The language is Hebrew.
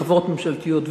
בחברות ממשלתיות,